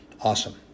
Awesome